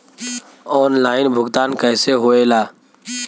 Online भुगतान कैसे होए ला?